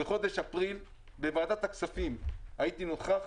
בחודש אפריל בוועדת הכספים הייתי נוכח,